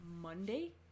Monday